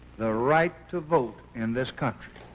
the right to vote in this country.